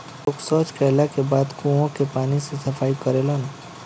लोग सॉच कैला के बाद कुओं के पानी से सफाई करेलन